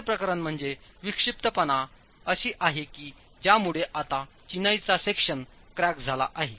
दुसरे प्रकरण म्हणजे विक्षिप्तपणा अशी आहे की ज्यामुळे आता चिनाईचा सेक्शन क्रॅक झाला आहे